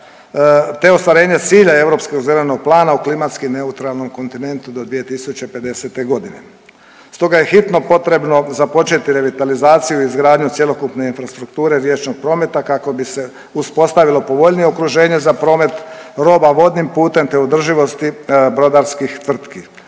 te ostvarenje cilja Europskog zelenog plana u klimatski neutralnom kontinentu do 2050. g., stoga je hitno potrebno započeti revitalizaciju i izgradnju cjelokupne infrastrukture riječnog prometa kako bi se uspostavilo povoljnije okruženje za promet roba vodnim putem te održivosti brodarskih tvrtki.